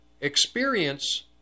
experience